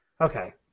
Okay